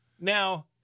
Now